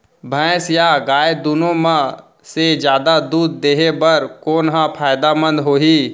भैंस या गाय दुनो म से जादा दूध देहे बर कोन ह फायदामंद होही?